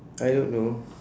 I don't know